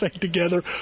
together